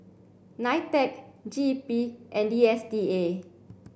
NITEC G E P and D S T A